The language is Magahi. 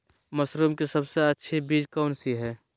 मशरूम की सबसे अच्छी बीज कौन सी है?